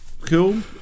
cool